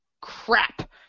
Crap